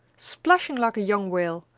splashing like a young whale,